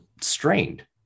strained